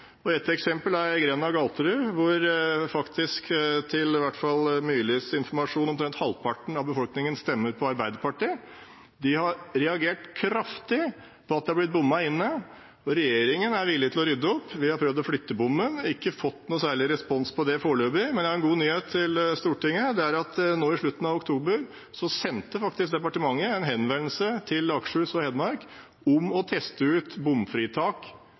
eksempel er grenda Galterud, hvor – til i hvert fall Myrlis informasjon – omtrent halvparten av befolkningen stemmer på Arbeiderpartiet. De har reagert kraftig på at de har blitt «bommet inne», og regjeringen er villig til å rydde opp. Vi har prøvd å flytte bommen, men har ikke fått noen særlig respons på det foreløpig. Men jeg har en god nyhet til Stortinget: Nå i slutten av oktober sendte faktisk departementet en henvendelse til Akershus og Hedmark om å teste ut bomfritak